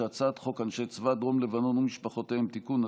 חוק אנשי צבא דרום לבנון ומשפחותיהם (תיקון),